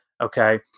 okay